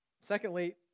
Secondly